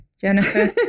jennifer